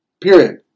Period